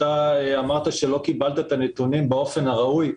אתה אמרת שלא קיבלת את הנתונים באופן הראוי.